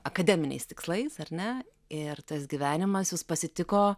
akademiniais tikslais ar ne ir tas gyvenimas jus pasitiko